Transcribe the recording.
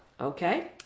Okay